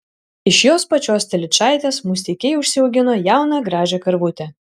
iš jos pačios telyčaitės musteikiai užsiaugino jauną gražią karvutę